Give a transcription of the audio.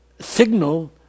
signal